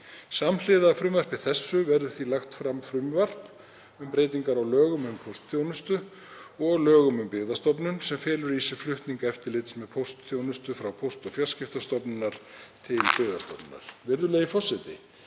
Samhliða frumvarpi þessu verður því lagt fram frumvarp um breytingar á lögum um póstþjónustu og lögum um Byggðastofnun sem felur í sér flutning eftirlits með póstþjónustu frá Póst- og fjarskiptastofnun til Byggðastofnunar. Virðulegi forseti.